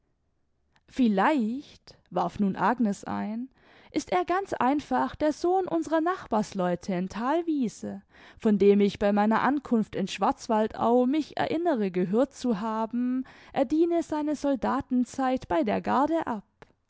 vielleicht warf nun agnes ein ist er ganz einfach der sohn unserer nachbarsleute in thalwiese von dem ich bei meiner ankunft in schwarzwaldau mich erinnere gehört zu haben er diene seine soldaten zeit bei der garde ab